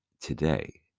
Today